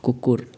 कुकुर